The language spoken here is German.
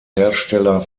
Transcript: hersteller